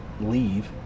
leave